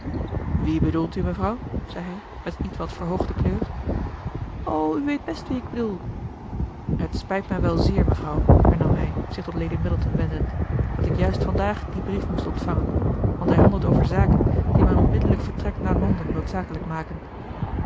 wie bedoelt u mevrouw zei hij met ietwat verhoogde kleur o u weet best wie ik bedoel het spijt mij wel zéér mevrouw hernam hij zich tot lady middleton wendend dat ik juist vandaag dien brief moest ontvangen want hij handelt over zaken die mijn onmiddellijk vertrek naar londen noodzakelijk maken